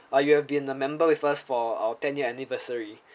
because uh you've been the member with us for our ten year anniversary